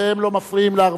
והם לא מפריעים לערבים,